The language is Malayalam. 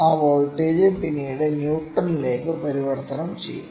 ആ വോൾട്ടേജ് പിന്നീട് ന്യൂട്ടണിലേക്ക് പരിവർത്തനം ചെയ്യും